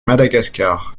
madagascar